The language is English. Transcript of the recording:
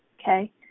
okay